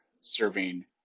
serving